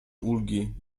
ulgi